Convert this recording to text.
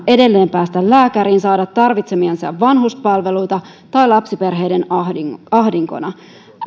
edelleen vaikeutena päästä lääkäriin tai saada tarvitsemiansa vanhuspalveluita tai lapsiperheiden ahdinkona ahdinkona